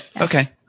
okay